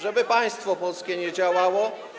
żeby państwo polskie nie działało.